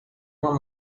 uma